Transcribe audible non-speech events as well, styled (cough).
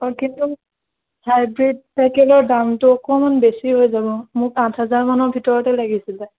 (unintelligible) hybrid চাইকেলৰ দামটো অকমান বেছি হৈ যাব মোক আঠ হাজাৰ মানৰ ভিতৰতে লাগিছিলে